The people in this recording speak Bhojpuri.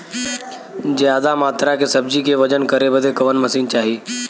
ज्यादा मात्रा के सब्जी के वजन करे बदे कवन मशीन चाही?